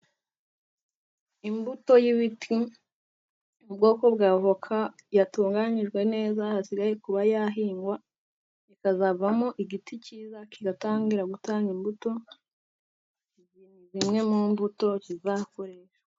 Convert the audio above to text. Imbuto y'ibiti ubwoko bw'avoka yatunganyijwe neza hasigaye kuba yahingwa ikazavamo igiti cyiza, kigatangira gutanga imbuto izi ni zimwe mu mbuto zizakoreshwa.